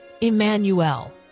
Emmanuel